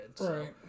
Right